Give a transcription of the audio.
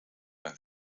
een